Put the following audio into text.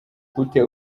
ute